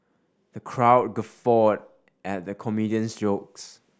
the crowd guffawed at the comedian's jokes